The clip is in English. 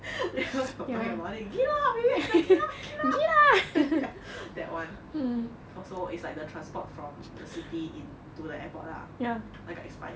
when we were talking about it gila gila gila that [one] for so is like the transport from the city in to the airport lah like a expired